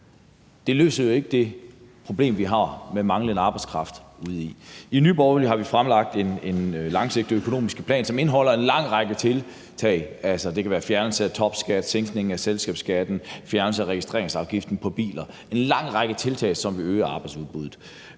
Det løser jo ikke det problem, vi har med manglende arbejdskraft. I Nye Borgerlige har vi fremlagt en langsigtet økonomisk plan, som indeholder en lang række tiltag – det kan være fjernelse af topskatten, sænkning af selskabsskatten og fjernelse af registreringsafgiften på biler – som vil øge arbejdsudbuddet.